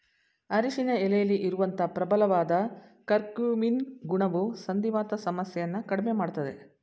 ಅರಿಶಿನ ಎಲೆಲಿ ಇರುವಂತ ಪ್ರಬಲವಾದ ಕರ್ಕ್ಯೂಮಿನ್ ಗುಣವು ಸಂಧಿವಾತ ಸಮಸ್ಯೆಯನ್ನ ಕಡ್ಮೆ ಮಾಡ್ತದೆ